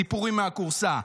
סיפורים מהכורסה,